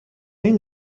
این